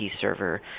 server